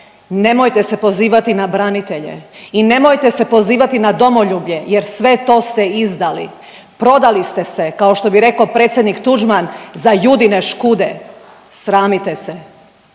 Nemojte se pozivati na branitelje i nemojte se pozivati na domoljublje, jer sve to ste izdali. Prodali ste se kao što bi rekao predsjednik Tuđman „za Judine škude“. Sramite se!